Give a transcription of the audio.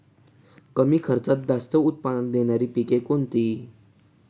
कमी खर्चात जास्त उत्पाद देणारी पिके कोणती?